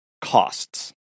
costs